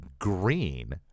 Green